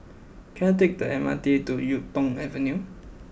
can I take the M R T to Yuk Tong Avenue